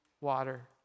water